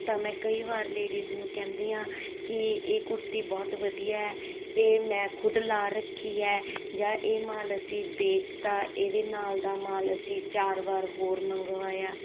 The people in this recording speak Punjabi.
ਤਾਂ ਮੈਂ ਕਈ ਵਾਰ ਲੇਡੀਜ਼ ਨੂੰ ਕਹਿੰਦੀ ਹਾਂ ਕਿ ਇਹ ਕੁੜਤੀ ਬਹੁਤ ਵਧੀਆ ਹੈ ਇਹ ਮੈਂ ਖੁਦ ਲਾ ਰੱਖੀ ਹੈ ਜਾਂ ਇਹ ਮਾਲ ਅਸੀਂ ਵੇਚਤਾ ਇਹਦੇ ਨਾਲ ਦਾ ਮਾਲ ਅਸੀਂ ਚਾਰ ਵਾਰ ਹੋਰ ਮੰਗਵਾਇਆ